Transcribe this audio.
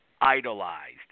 idolized